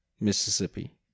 mississippi